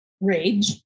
rage